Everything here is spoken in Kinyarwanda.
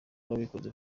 babikoze